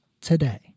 today